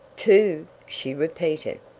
two? she repeated.